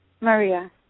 Maria